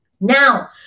now